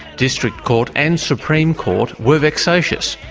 district court and supreme court were vexatious,